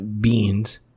beans